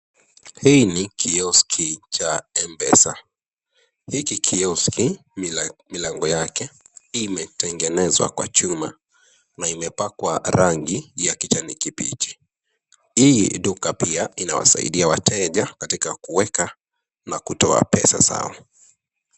Hii ni kioski cha Mpesa, hiki kioski milango yake imetengenezwa kwa chuma na imepakwa rangi ya kijani kibichi. Hii duka pia inawasaidia wateja katika kuweka na kutoa pesa zao.